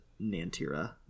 Nantira